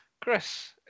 Chris